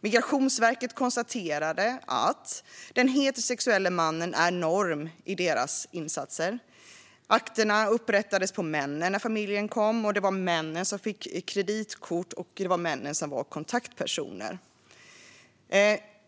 Migrationsverket konstaterade att den heterosexuelle mannen är normen i deras insatser. Akterna upprättades på männen när familjerna anlände, det var männen som fick kreditkort och det var männen som var kontaktpersoner.